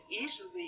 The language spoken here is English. easily